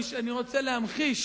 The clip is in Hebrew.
אני רוצה להמחיש